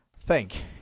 thank